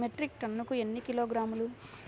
Metric టన్నుకు ఎన్ని కిలోగ్రాములు?